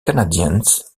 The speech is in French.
canadiens